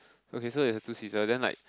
okay so is two seater then like